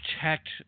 protect